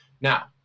Now